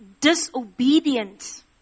disobedient